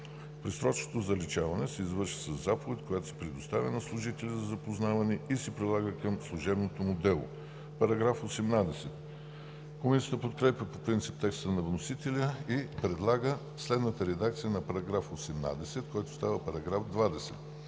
Предсрочното заличаване се извършва със заповед, която се предоставя на служителя за запознаване и се прилага към служебното му дело.“ Комисията подкрепя по принцип текста на вносителя и предлага следната редакция на § 18, който става § 20: „§ 20.